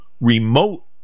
remote